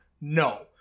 No